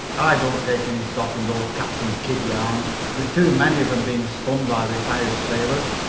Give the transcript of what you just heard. i don't take any stock in those captain kidd yarns. there's too many of em being spun by retired sailors.